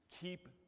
keep